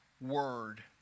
Word